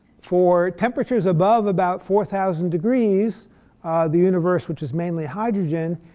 for temperatures above about four thousand degrees the universe, which is mainly hydrogen,